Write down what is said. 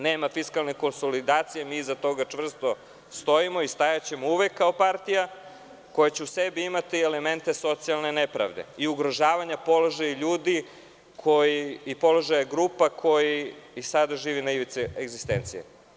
Nema fiskalne konsolidacije, mi iza toga čvrsto stojimo i stajaćemo uvek kao partija, koja će u sebi imati elemente socijalne nepravde i ugrožavanja položaja ljudi i položaja grupa koji i sada žive na ivici egzistencije.